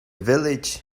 village